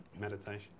meditation